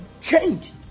change